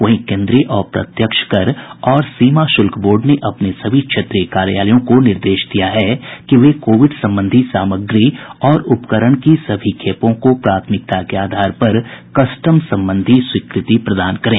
वहीं केन्द्रीय अप्रत्यक्ष कर और सीमा शुल्क बोर्ड ने अपने सभी क्षेत्रीय कार्यालयों को निर्देश दिया है कि वे कोविड संबंधी सामग्री और उपकरण की सभी खेपों को प्राथमिकता के आधार पर कस्टम संबंधी स्वीकृति प्रदान करें